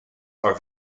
are